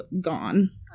gone